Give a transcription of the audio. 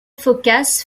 phocas